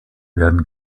werden